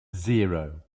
zero